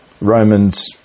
Romans